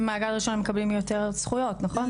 מעגל ראשון מקבלים יותר זכויות, נכון?